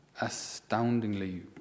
astoundingly